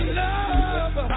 love